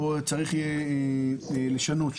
כאן צריך יהיה לשנות,